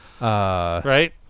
Right